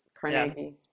Carnegie